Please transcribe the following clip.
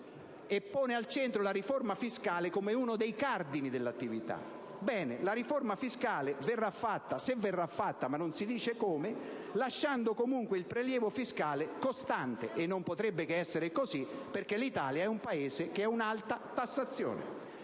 pone al centro la riforma fiscale, come uno dei cardini dell'attività. Ebbene, la riforma fiscale verrà fatta, se verrà fatta (ma non si dice come), lasciando comunque il prelievo fiscale costante. E non potrebbe che essere così, perché l'Italia è un Paese con un'alta tassazione.